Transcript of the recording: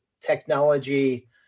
technology